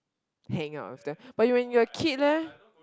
Hang on with that but when you're kid leh